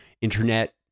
internet